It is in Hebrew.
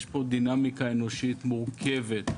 יש פה דינמיקה אנושית מורכבת,